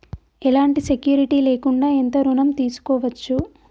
ఎలాంటి సెక్యూరిటీ లేకుండా ఎంత ఋణం తీసుకోవచ్చు?